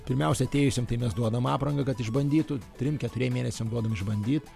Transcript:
pirmiausia atėjusiem tai mes duodam aprangą kad išbandytų trim keturiem mėnesiam duodam išbandyt